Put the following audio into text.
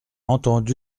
entendu